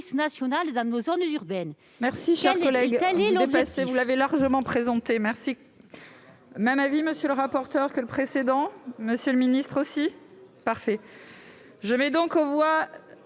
actions dans nos zones urbaines.